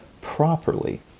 properly